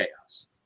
chaos